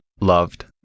loved